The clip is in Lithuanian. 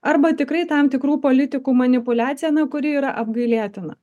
arba tikrai tam tikrų politikų manipuliacija na kuri yra apgailėtina